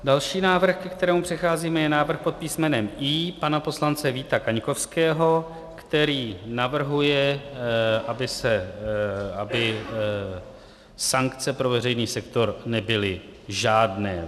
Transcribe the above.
Další návrh, ke kterému přecházíme, je pod písmenem I pana poslance Víta Kaňkovského, který navrhuje, aby sankce pro veřejný sektor nebyly žádné.